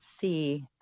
see